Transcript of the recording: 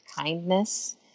kindness